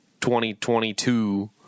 2022